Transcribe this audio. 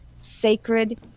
sacred